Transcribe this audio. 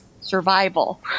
survival